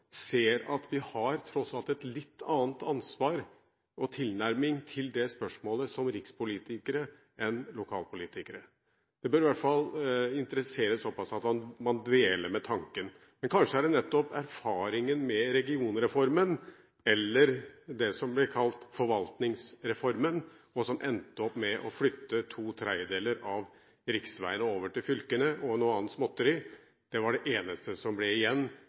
ser at vi tross alt har et litt annet ansvar her og en annen tilnærming til det spørsmålet som rikspolitikere enn som lokalpolitikere. Det bør i hvert fall interessere såpass at man dveler ved tanken. Men kanskje er det nettopp erfaringen med regionreformen eller det som blir kalt forvaltningsreformen, og som endte opp med å flytte to tredjedeler av riksveiene over til fylkene og noe annet småtteri – det var det eneste som ble igjen